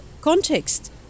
context